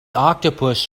octopus